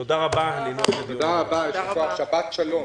תודה רבה, הישיבה נעולה.